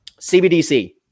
CBDC